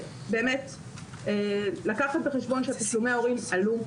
צריך לקחת בחשבון שתשלומי ההורים עלו.